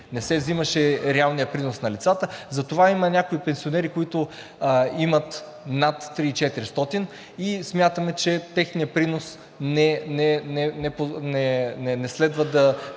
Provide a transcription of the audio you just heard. не се взимаше реалният принос на лицата. Затова има някои пенсионери, които имат над 3400 и смятаме, че с техния принос не следва да